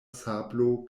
sablo